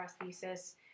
prosthesis